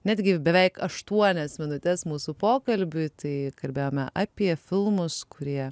netgi beveik aštuonias minutes mūsų pokalbiui tai kalbėjome apie filmus kurie